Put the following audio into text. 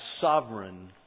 sovereign